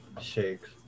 Shakes